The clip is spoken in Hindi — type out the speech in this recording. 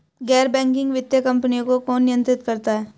गैर बैंकिंग वित्तीय कंपनियों को कौन नियंत्रित करता है?